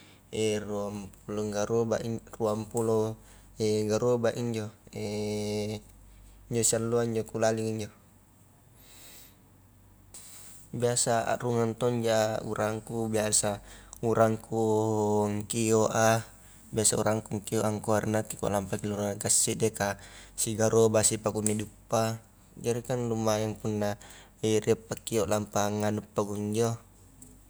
ruang pulong garobak inj ruang pulo garobak injo injo sialloa injo kulaling injo, biasa arurung tongja urangku biasa urangku ngkio a biasa urangku kio a angkua ri nakke kua lampaki lurang kassi deh kah sigarobak sipakunne diuppa jarikan lumayan punna riek pakkio lampang nganu pakunjo.